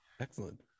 Excellent